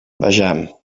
vejam